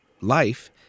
life